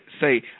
say